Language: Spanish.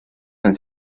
han